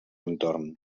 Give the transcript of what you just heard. entorn